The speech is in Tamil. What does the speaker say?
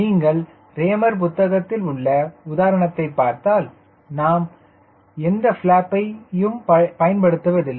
நீங்கள் ரேமர் புத்தகத்தில் உள்ள உதாரணத்தை பார்த்தால் நாம் எந்த ப்லாப்பை பயன்படுத்தவில்லை